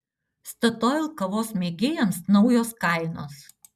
statoil kavos mėgėjams naujos kainos